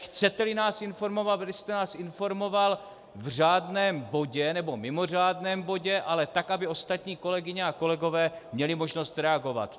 Chceteli nás informovat, abyste nás informoval v řádném nebo mimořádném bodě, ale tak, aby ostatní kolegyně a kolegové měli možnost reagovat.